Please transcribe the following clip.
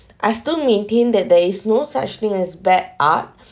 I still maintain that there is no such thing as back up